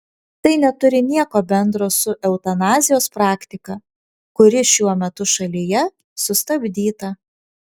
tai neturi nieko bendro su eutanazijos praktika kuri šiuo metu šalyje sustabdyta